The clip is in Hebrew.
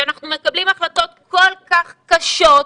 שאנחנו מקבלים החלטות כל כך קשות,